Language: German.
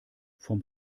vom